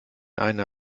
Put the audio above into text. eine